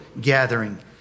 gathering